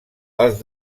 als